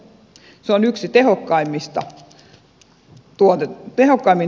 se on yksi tehokkaimmin tuotetuista palveluista